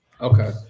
Okay